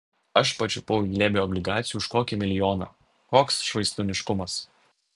aš pačiupau į glėbį obligacijų už kokį milijoną koks švaistūniškumas